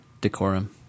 decorum